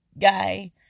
Guy